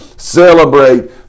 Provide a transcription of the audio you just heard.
Celebrate